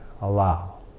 allow